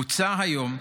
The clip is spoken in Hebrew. מוצע היום,